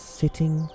sitting